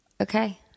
Okay